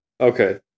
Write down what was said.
Okay